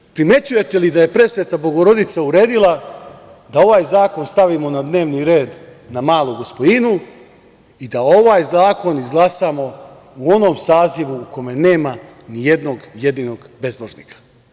Dakle, primećujete li da je presveta Bogorodica uredila da ovaj zakon stavimo na dnevni red na Malu Gospojinu i da ovaj zakon izglasamo u onom sazivu u kome nema ni jednog jedinog bezbožnika.